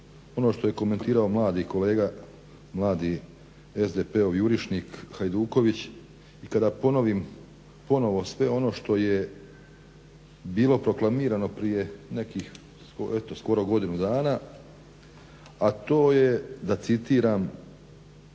ono što je komentirao mladi kolega, mladi SDP-ov jurišnik Hajduković i kad ponovim ponovo sve ono što je bilo proklamirano prije nekih skoro godinu dana, a to je da citiram,